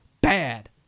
Bad